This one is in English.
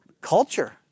culture